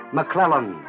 McClellan